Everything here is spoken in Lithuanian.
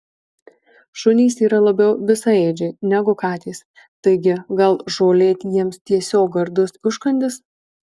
šunys yra labiau visaėdžiai negu katės taigi gal žolė jiems tiesiog gardus užkandis